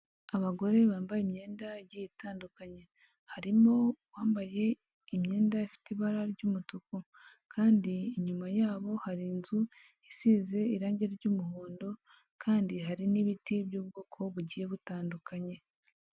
Abagore bambaye imyenda igiye itandukanye, harimo uwambaye imyenda ifite ibara ry'umutuku, kandi inyuma yabo hari inzu isize irangi ry'umuhondo, kandi hari n'ibiti by'ubwoko bugiye butandukanye.